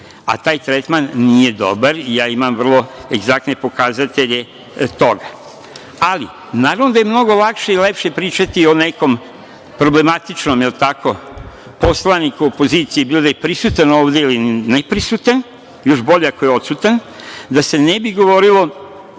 A taj tretman nije dobar i ja imam vrlo egzaktne pokazatelje toga. Ali, naravno da je mnogo lakše i lepše pričati o nekom problematičnom poslaniku opozicije, bilo da je prisutan ovde ili nije, još bolje ako je odsutan, da se ne bi govorilo